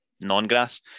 non-grass